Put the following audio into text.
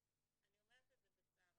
אני אומרת את זה בצער,